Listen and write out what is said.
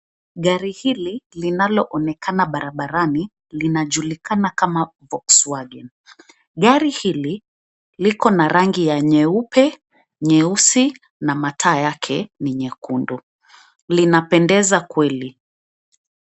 Gari hili, linaloonekana barabarani, linajulikana kama (cs) Volkswagen (cs). Gari hili likona rangi ya nyeupe, nyeusi na mataa yake ni nyekundu. Linapendeza kweli.